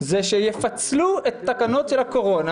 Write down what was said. זה שיפצלו את התקנות של הקורונה,